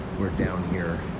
we're down here,